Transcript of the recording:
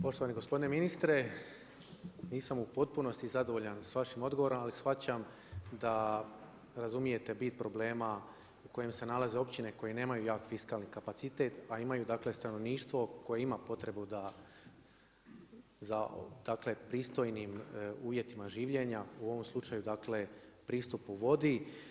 Poštovani gospodine ministre, nisam u potpunosti zadovoljan s vašim odgovorom, ali shvaćam da razumijete bit problema u kojem se nalaze općine, koje nemaju jak fiskalni kapacitet a imaju dakle stanovništvo koje ima potrebu da za dakle, pristojnim uvjetima življenja u ovom slučaju, dakle pristupu vodi.